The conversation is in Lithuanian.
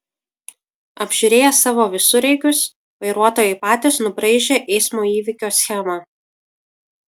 apžiūrėję savo visureigius vairuotojai patys nubraižė eismo įvykio schemą